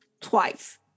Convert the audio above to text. twice